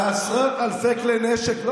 על עשרות אלפי כלי נשק,